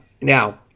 Now